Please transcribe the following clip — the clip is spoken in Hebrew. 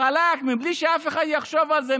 חלק בלי שאף אחד יחשוב על זה,